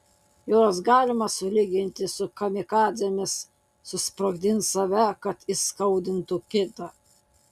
juos galima sulyginti su kamikadzėmis susprogdins save kad įskaudintų kitą